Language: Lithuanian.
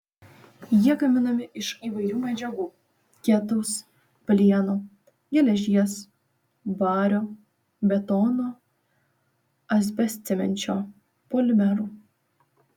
jie gaminami iš įvairių medžiagų ketaus plieno geležies vario betono asbestcemenčio polimerų